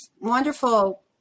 wonderful